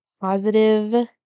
positive